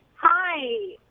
Hi